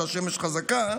שהשמש חזקה,